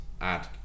add